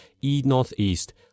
E-Northeast